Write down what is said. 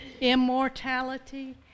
immortality